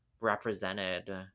represented